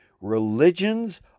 Religions